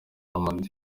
amadini